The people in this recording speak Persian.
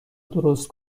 درست